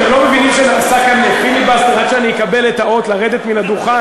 אתם לא מבינים שנעשה כאן פיליבסטר עד שאני אקבל את האות לרדת מהדוכן?